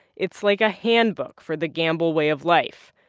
it's like a handbook for the gambell way of life,